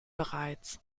bereits